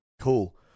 Cool